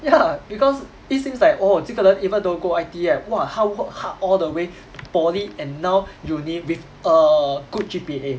ya because it seems like oh 这个人 even though go I_T_E right !wah! 他 work hard all the way poly and now uni with a good G_P_A